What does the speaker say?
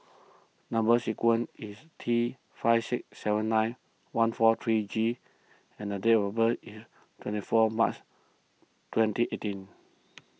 Number Sequence is T five six seven nine one four three G and the date of birth is twenty four March twenty eighteen